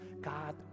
God